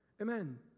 Amen